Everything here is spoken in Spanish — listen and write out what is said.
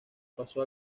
pasó